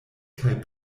kaj